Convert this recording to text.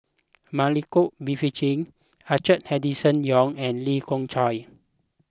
Milenko Prvacki Arthur Henderson Young and Lee Khoon Choy